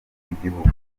w’igihugu